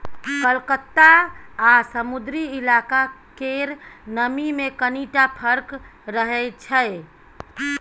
कलकत्ता आ समुद्री इलाका केर नमी मे कनिटा फर्क रहै छै